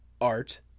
Art